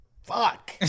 Fuck